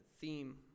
theme